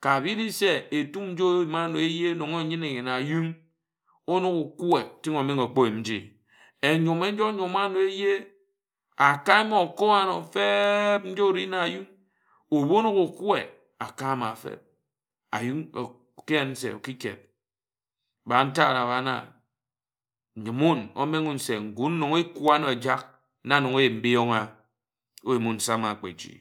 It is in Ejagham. ka bib bi se etum nji oyima ano eye nnon ānyine na ayún onōk okwe tik omenghe ōkpo yim nji Enyome nyi onyoma ano eje akae ōkor ano feb nji ori na ayún ebu onōk okwe akae ama a feb a yún oki yen se oki kéd ba nta na ba nna yim min. Omenghe se ngun nnon ekwa amo ejak na nnon eyon̄ a oyim wun sama kpe jen.